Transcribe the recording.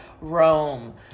Rome